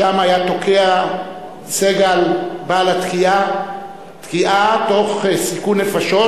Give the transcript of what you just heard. שם היה תוקע סגל בעל התקיעה תקיעה תוך סיכון נפשות,